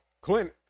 Clint